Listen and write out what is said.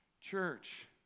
church